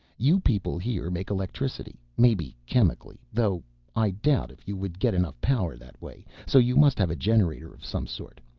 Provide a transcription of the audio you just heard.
you people here make electricity, maybe chemically, though i doubt if you would get enough power that way, so you must have a generator of some sort.